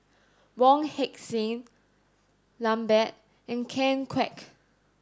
Wong Heck Sing Lambert and Ken Kwek